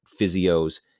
physios